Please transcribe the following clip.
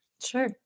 Sure